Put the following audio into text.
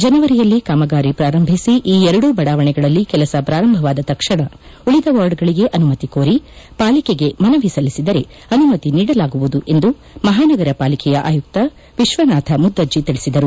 ಜನವರಿಯಲ್ಲಿ ಕಾಮಗಾರಿ ಪ್ರಾರಂಭಿಸಿ ಈ ಎರಡೂ ಬಡಾವಣೆಗಳಲ್ಲಿ ಕೆಲಸ ಪ್ರಾರಂಭವಾದ ತಕ್ಷಣ ಉಳಿದ ವಾರ್ಡ್ಗಳಿಗೆ ಅನುಮತಿ ಕೋರಿ ಪಾಲಿಕೆಗೆ ಮನವಿ ಸಲ್ಲಿಸಿದರೆ ಅನುಮತಿ ನೀಡಲಾಗುವುದು ಎಂದು ಮಹಾನಗರ ಪಾಲಿಕೆಯ ಆಯುಕ್ತ ವಿಶ್ವನಾಥ ಮುದ್ದಜ್ಜಿ ತಿಳಿಸಿದರು